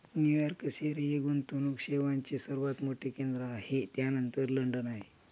New York शहर हे गुंतवणूक सेवांचे सर्वात मोठे केंद्र आहे त्यानंतर लंडन आहे